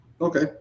okay